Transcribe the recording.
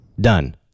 Done